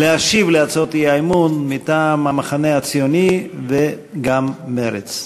להשיב על הצעות האי-אמון מטעם המחנה הציוני וגם מרצ.